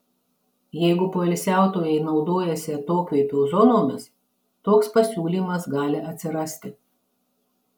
jeigu poilsiautojai naudojasi atokvėpio zonomis toks pasiūlymas gali atsirasti